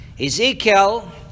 Ezekiel